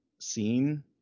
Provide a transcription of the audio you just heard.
scene